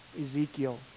Ezekiel